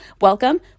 Welcome